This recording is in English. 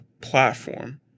platform